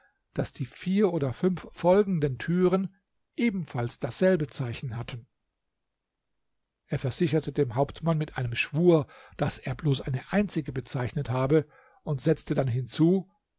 daß die vier oder fünf folgenden türen ebenfalls dasselbe zeichen hatten er versicherte dem hauptmann mit einem schwur daß er bloß eine einzige bezeichnet habe und setzte dann hinzu